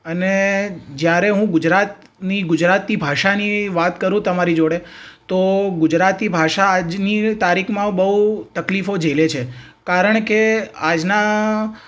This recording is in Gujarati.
અને જ્યારે હું ગુજરાતની ગુજરાતી ભાષાની વાત કરું તમારી જોડે તો ગુજરાતી ભાષા આજની તારીખમાં બહુ તકલીફો જેલે છે કારણ કે આજના